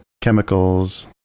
chemicals